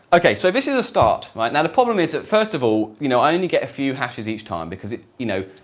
okay, so this is a start, right? now the problem is that first of all, you know i only get a few hashes each time because it, you know.